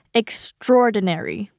extraordinary